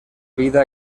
vida